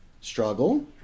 Struggle